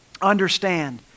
understand